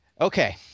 Okay